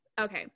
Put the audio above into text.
okay